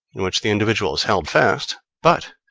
in which the individual is held fast but,